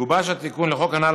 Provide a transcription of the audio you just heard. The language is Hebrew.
גובש התיקון לחוק הנ"ל,